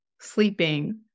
sleeping